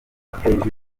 hejuru